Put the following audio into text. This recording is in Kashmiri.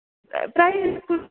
پرٛایِز